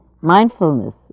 Mindfulness